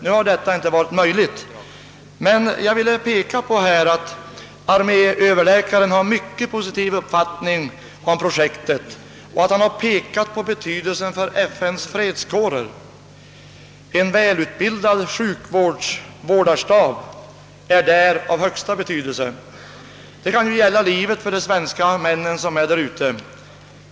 Nu har inte detta varit möjligt men jag vill framhålla, att arméöverläkaren har en mycket positiv inställning till projektet och att han pekat på betydelsen för FN:s fredskårer där en välutbildad sjukvårdarstab är av största betydelse — det kan ju gälla livet för de svenskar som är där ute.